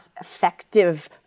effective